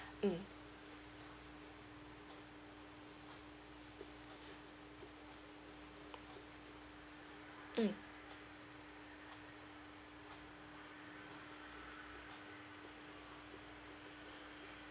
mm mm